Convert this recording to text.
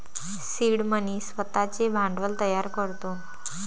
seed money स्वतःचे भांडवल तयार करतो